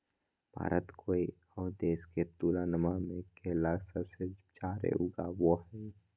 भारत कोय आउ देश के तुलनबा में केला सबसे जाड़े उगाबो हइ